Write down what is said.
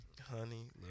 Honey